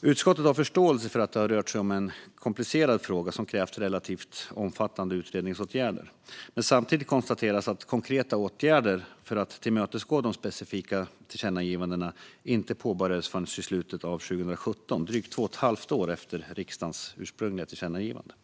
Utskottet har förståelse för att det har rört sig om en komplicerad fråga som krävt relativt omfattande utredningsåtgärder. Samtidigt konstateras att konkreta åtgärder för att tillmötesgå de specifika tillkännagivandena inte påbörjades förrän i slutet av 2017, alltså drygt två och ett halvt år efter riksdagens ursprungliga tillkännagivande.